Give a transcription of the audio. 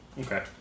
Okay